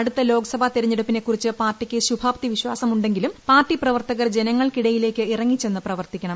അടുത്ത ലോക്സഭാ തെരഞ്ഞെടുപ്പിനെ കുറിച്ച് പാർട്ടിക്ക് ശുഭാപ്തി വിശ്വാസമു ങ്കിലും പാർട്ടി പ്രവർത്തകർ ജനങ്ങൾക്കിടയിലേക്ക് ഇറങ്ങിച്ചെന്ന് പ്രവർത്തിക്കണം